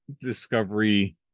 discovery